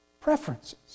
Preferences